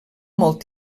molt